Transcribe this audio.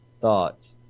thoughts